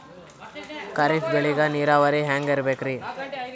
ಖರೀಫ್ ಬೇಳಿಗ ನೀರಾವರಿ ಹ್ಯಾಂಗ್ ಇರ್ಬೇಕರಿ?